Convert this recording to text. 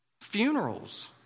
Funerals